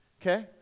Okay